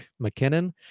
McKinnon